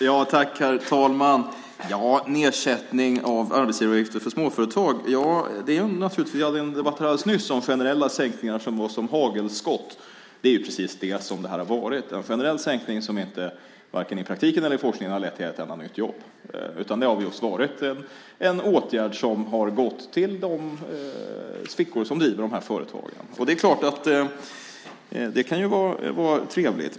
Herr talman! Vad gäller nedsättning av arbetsgivaravgifter för småföretag hade vi en debatt alldeles nyss om generella sänkningar som var som hagelskott. Det är precis vad det varit, en generell sänkning som varken i praktiken eller i forskningen lett till ett enda nytt jobb. I stället har det just varit en åtgärd som gått till dem som driver de företagen. Det kan ju vara trevligt.